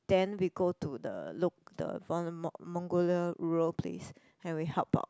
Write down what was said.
then we go to the loc~ the Mon~ Mongolia rural place then we help about